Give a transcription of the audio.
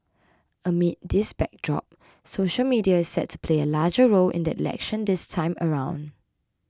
amid this backdrop social media is set to play a larger role in the election this time around